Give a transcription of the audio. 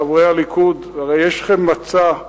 חברי הליכוד: הרי יש לכם מצע,